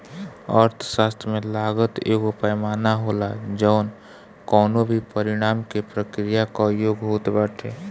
अर्थशास्त्र में लागत एगो पैमाना होला जवन कवनो भी परिणाम के प्रक्रिया कअ योग होत बाटे